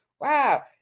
Wow